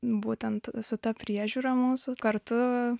būtent su ta priežiūra mūsų kartu